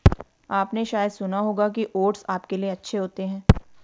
आपने शायद सुना होगा कि ओट्स आपके लिए अच्छे होते हैं